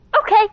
Okay